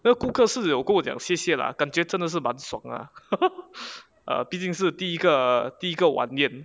那个顾客有跟我讲谢谢 lah 感觉真的是蛮爽 ah 毕竟是第一个第一个晚宴